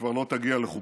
שכבר לא תגיע לחופתה.